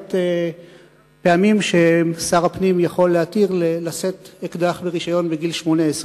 למעט פעמים ששר הפנים יכול להתיר לשאת אקדח ברשיון בגיל 18,